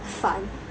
fun